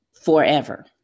forever